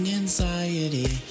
anxiety